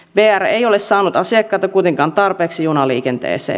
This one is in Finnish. vr ei ole saanut asiakkaita kuitenkaan tarpeeksi junaliikenteeseen